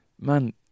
man